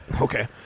Okay